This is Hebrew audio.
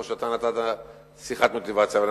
כמו שיחת המוטיבציה שאתה נתת.